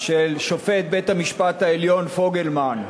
של שופט בית-המשפט העליון פוגלמן.